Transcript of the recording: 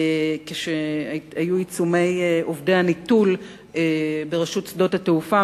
כשסייעתי לעובדי הניטול ברשות שדות התעופה,